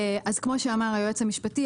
כמו שאמר היועץ המשפטי,